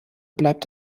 bleibt